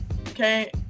okay